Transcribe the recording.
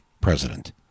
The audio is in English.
president